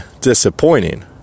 disappointing